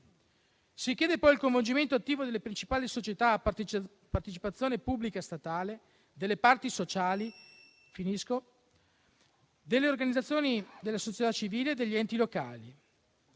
Si chiede poi il coinvolgimento attivo delle principali società a partecipazione pubblica statale, delle parti sociali, delle organizzazioni della società civile e degli enti locali